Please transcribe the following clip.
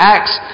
Acts